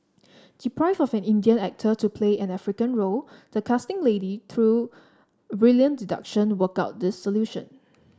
deprived of an Indian actor to play an African role the casting lady through brilliant deduction worked out this solution